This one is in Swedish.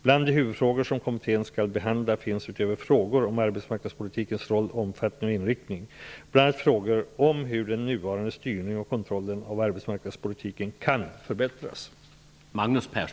Bland de huvudfrågor som kommittén skall behandla finns utöver frågor om arbetsmarknadspolitikens roll, omfattning och inriktning bl.a. frågor om hur den nuvarande styrningen och kontrollen av arbetsmarknadspolitiken kan förbättras.